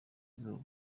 izuba